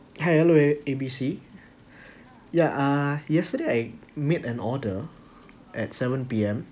hi hello A~ A B C ya uh yesterday I made an order at seven P_M